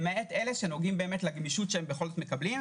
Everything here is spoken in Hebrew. למעט אלה שנוגעות לגמישות שהם בכל זאת מקבלים.